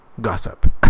gossip